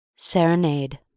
Serenade